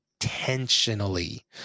intentionally